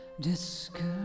discouraged